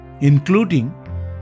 including